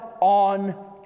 on